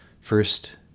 first